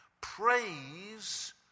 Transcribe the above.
praise